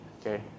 Okay